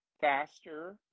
faster